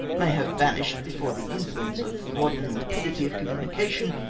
may have vanished before the influence of modern rapidity of communication,